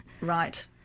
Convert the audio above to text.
Right